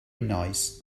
nice